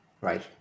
right